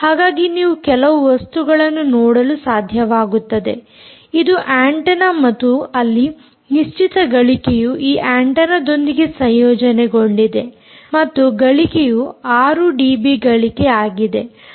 ಹಾಗಾಗಿ ನೀವು ಕೆಲವು ವಸ್ತುಗಳನ್ನು ನೋಡಲು ಸಾಧ್ಯವಾಗುತ್ತದೆ ಇದು ಆಂಟೆನ್ನ ಮತ್ತು ಅಲ್ಲಿ ನಿಶ್ಚಿತ ಗಳಿಕೆಯು ಈ ಆಂಟೆನ್ನದೊಂದಿಗೆ ಸಂಯೋಜನೆಗೊಂಡಿದೆ ಮತ್ತು ಗಳಿಕೆಯು 6 ಡಿಬಿಗಳಿಕೆ ಆಗಿದೆ